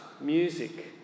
music